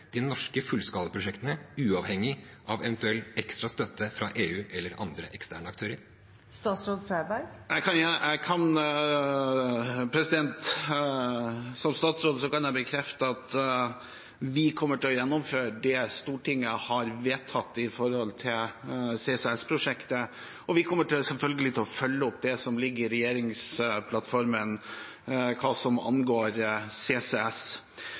de norske fullskalaprosjektene, uavhengig av en eventuell ekstra støtte fra EU eller andre eksterne aktører? Som statsråd kan jeg bekrefte at vi kommer til å gjennomføre det Stortinget har vedtatt når det gjelder CCS-prosjektet, og vi kommer selvfølgelig til å følge opp det som ligger i regjeringsplattformen hva angår CCS.